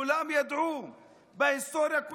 כולם ידעו שבהיסטוריה,